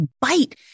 bite